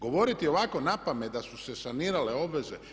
Govoriti ovako napamet da su se sanirale obveze.